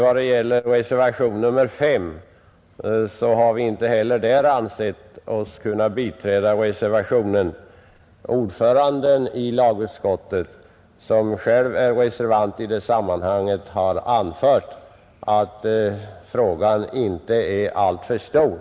Inte heller reservationen 5 har vi ansett oss kunna biträda. Ordföranden i lagutskottet, som själv är en av reservanterna, har anfört att frågan inte är alltför stor.